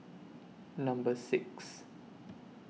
Number six